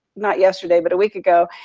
not yesterday but a week ago.